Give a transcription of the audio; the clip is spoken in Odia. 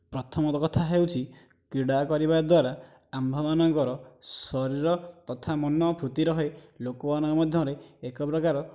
ପ୍ରଥମ କଥା ହେଉଛି କ୍ରୀଡ଼ା କରିବା ଦ୍ୱାରା ଆମ୍ଭ ମାନଙ୍କର ଶରୀର ତଥା ମନ ଫୁର୍ତ୍ତି ରହେ ଲୋକମାନଙ୍କ ମଧ୍ୟରେ ଏକ ପ୍ରକାରର